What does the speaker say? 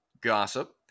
gossip